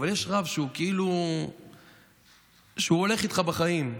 אבל יש רב שהולך איתך בחיים.